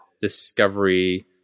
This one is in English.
discovery